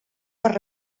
per